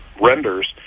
renders